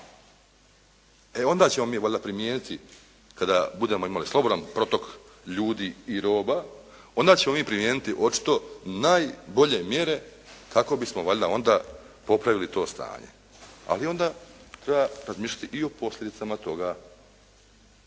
E onda ćemo mi valjda primijetiti kada budemo imali slobodan protok ljudi i roba, onda ćemo mi primijeniti očito najbolje mjere kako bismo valjda onda popravili ovo stanje. Ali onda treba razmišljati i o posljedicama toga.